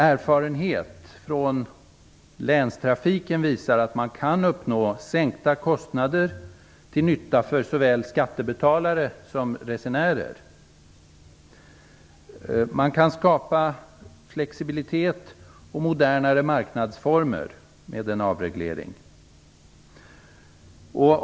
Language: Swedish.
Erfarenheter från länstrafiken visar att man kan uppnå sänkta kostnader till nytta för såväl skattebetalare som resenärer. Man kan skapa flexibilitet och modernare marknadsformer med en avreglering.